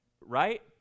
Right